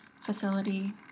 facility